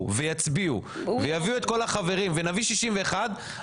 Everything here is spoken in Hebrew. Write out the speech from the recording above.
ויצביעו ויביאו את כל החברים ונביא 61,